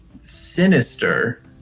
sinister